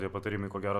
tie patarimai ko gero